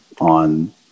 on